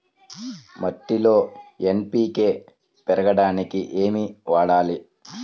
మట్టిలో ఎన్.పీ.కే పెంచడానికి ఏమి వాడాలి?